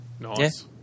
Nice